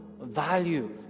value